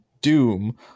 Doom